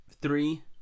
three